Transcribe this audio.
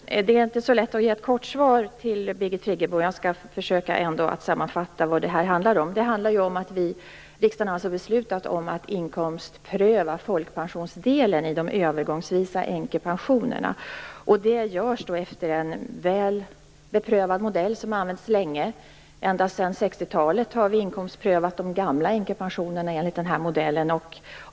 Fru talman! Det är inte så lätt att ge ett kort svar till Birgit Friggebo. Jag skall ändå försöka att sammanfatta vad det här handlar om. Riksdagen har alltså beslutat om inkomstprövning av folkpensionsdelen i de övergångsvisa änkepensionerna. Det görs efter en väl beprövad modell som har använts länge. Ända sedan 60-talet har vi inkomstprövat de gamla änkepensionerna enligt den här modellen.